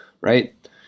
right